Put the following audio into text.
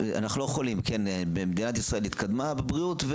מדינת ישראל התקדמה בבריאות,